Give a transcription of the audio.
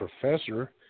professor